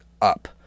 up